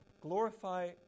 glorify